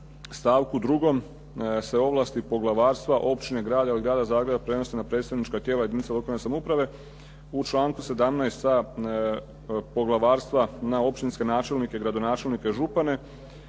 stavku 2. se ovlasti poglavarstva, općine, grada ili Grada Zagreba prenose na predstavnička tijela jedinica lokalne samouprave, u članku 17.a poglavarstva na općinske načelnike, gradonačelnike i župane,